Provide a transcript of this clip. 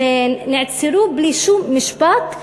שנעצרו בלי שום משפט,